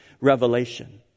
revelation